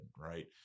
right